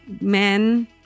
men